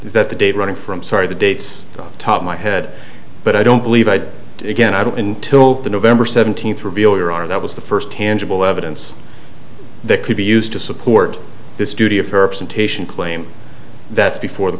is that the date running from sorry the dates on top of my head but i don't believe i did again i don't until the november seventeenth reveal your are that was the first tangible evidence that could be used to support this judy of her claim that's before the